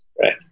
right